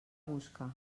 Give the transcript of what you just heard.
busca